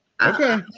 Okay